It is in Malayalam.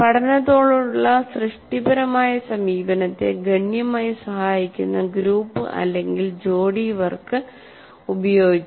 പഠനത്തോടുള്ള സൃഷ്ടിപരമായ സമീപനത്തെ ഗണ്യമായി സഹായിക്കുന്ന ഗ്രൂപ്പ് അല്ലെങ്കിൽ ജോഡി വർക്ക് ഉപയോഗിക്കുക